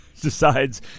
decides